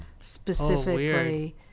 specifically